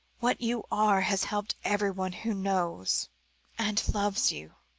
what you are has helped everyone who knows and loves you.